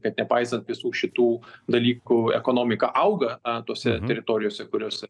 kad nepaisant visų šitų dalykų ekonomika auga tose teritorijose kurios